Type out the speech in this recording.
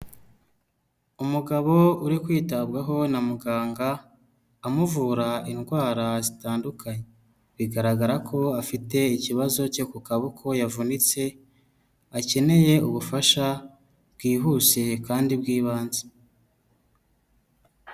Umugabo uri kwitabwaho na muganga, amuvura indwara zitandukanye. Bigaragara ko afite ikibazo cyo ku kaboko yavunitse, akeneye ubufasha bwihuse kandi bw'ibanze.